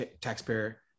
taxpayer